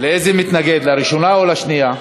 לאיזו מתנגד, לראשונה או לשנייה?